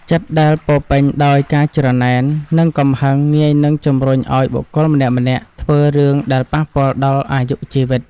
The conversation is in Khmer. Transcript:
ចិត្តដែលពោរពេញដោយការច្រណែននិងកំហឹងងាយនឹងជម្រុញឱ្យបុគ្គលម្នាក់ៗធ្វើរឿងដែលប៉ះពាល់ដល់អាយុជីវិត។